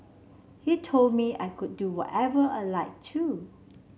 he told me I could do whatever I like too